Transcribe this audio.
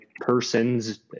person's